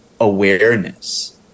awareness